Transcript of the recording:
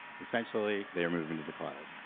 essentially, they were moving to the cloud.